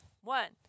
One